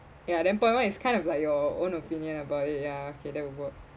ya then point one is kind of like your own opinion about it ya okay that would work